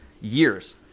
years